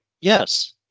Yes